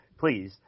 please